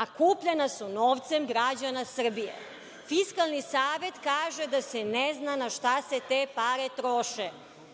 a kupljena su novcem građana Srbije. Fiskalni savet kaže da se ne zna na šta se te pare troše.